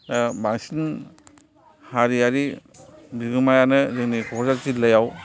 बांसिन हारिआरि बिगोमाआनो जोंनि क'क्राझार जिल्लायाव